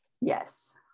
yes